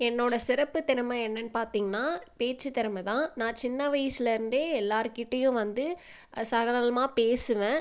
என்னோட சிறப்பு திறமை என்னன்னு பார்த்தீங்கன்னா பேச்சு திறமை தான் நான் சின்ன வயசுலருந்தே எல்லார்கிட்டேயும் வந்து சகரளமா பேசுவேன்